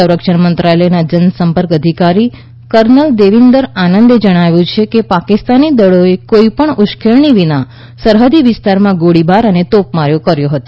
સંરક્ષણ મંત્રાલયના જનસંપર્ક અધિકારી કર્નલ દેવીંદર આનંદે જણાવ્યું છે કે પાકિસ્તાની દળોએ કોઇપણ ઉશ્કેરણી વિના સરહદી વિસ્તારમાં ગોળીબાર અને તોપમારો કર્યો હતો